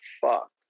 fuck